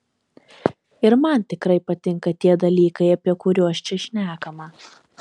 ir man tikrai patinka tie dalykai apie kuriuos čia šnekama